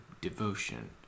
devotion